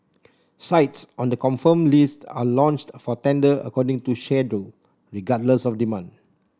sites on the confirmed list are launched for tender according to schedule regardless of demand